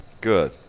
Good